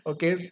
Okay